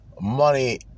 money